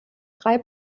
drei